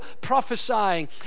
prophesying